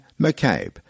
McCabe